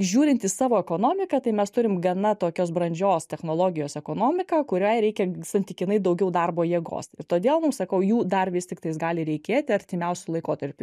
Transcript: žiūrint į savo ekonomiką tai mes turim gana tokios brandžios technologijos ekonomiką kuriai reikia santykinai daugiau darbo jėgos ir todėl mums sakau jų dar vis tiktais gali reikėti artimiausiu laikotarpiu